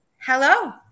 Hello